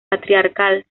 patriarcal